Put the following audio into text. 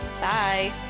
Bye